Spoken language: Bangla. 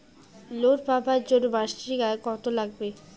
লোন পাবার জন্যে মাসিক আয় কতো লাগবে?